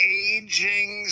aging